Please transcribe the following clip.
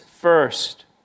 first